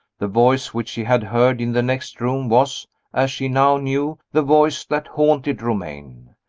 the voice which she had heard in the next room was as she now knew the voice that haunted romayne.